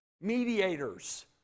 mediators